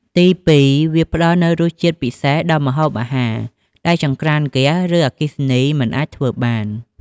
ទីពីរ វាផ្ដល់នូវរសជាតិពិសេសដល់ម្ហូបអាហារ ដែលចង្ក្រានហ្គាស ឬអគ្គិសនីមិនអាចធ្វើបាន។